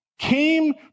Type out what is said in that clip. came